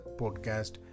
podcast